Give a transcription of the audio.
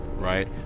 right